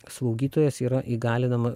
slaugytojas yra įgalinama